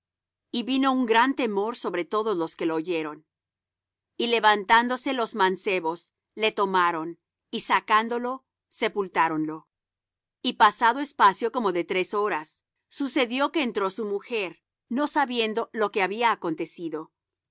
y vino un gran temor sobre todos los que lo oyeron y levantándose los mancebos le tomaron y sacándolo sepultáronlo y pasado espacio como de tres horas sucedió que entró su mujer no sabiendo lo que había acontecido